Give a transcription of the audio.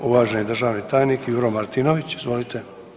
Uvaženi državni tajnik Juro Martinović, izvolite.